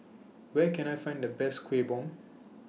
Where Can I Find The Best Kueh Bom